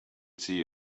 see